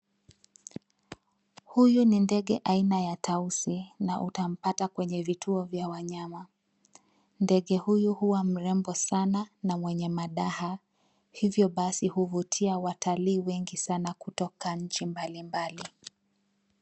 Huyu ni ndege aina ya tausi na utampata kwenye vituo vya wanyama, ndege huyu hua mrembo sana na mwenye madaha, hivyo basi huvutia watalii wengi sana kutoka nchi mbalimbali.